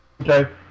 Okay